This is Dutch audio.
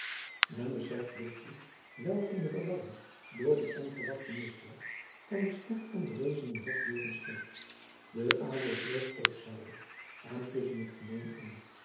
men beseft lichtelijk welk eene verwarring door dien onver wachten misslag van den slecht onderwezenen hof beer ontstond de adel vloog op zijde en tusschen het gemeen in